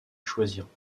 choisirent